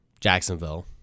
Jacksonville